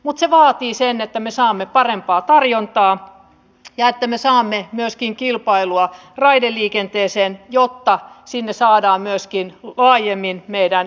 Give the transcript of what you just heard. mutta vaatii sen että me saamme parempaa tarjontaa tasoa ei voida valiokunnan mielestä pitää riittävänä jotta sinne saadaan myöskin laajemmin meidän